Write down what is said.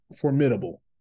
formidable